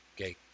Okay